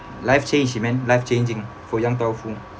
life change man life changing for young tau foo